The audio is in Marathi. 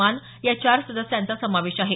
मान या चार सदस्यांचा समावेश आहे